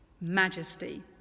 Majesty